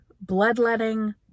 bloodletting